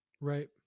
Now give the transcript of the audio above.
right